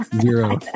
zero